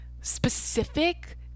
specific